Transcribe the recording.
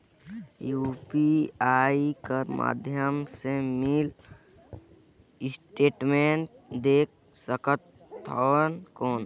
UPI कर माध्यम से मिनी स्टेटमेंट देख सकथव कौन?